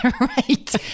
Right